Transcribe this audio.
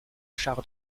char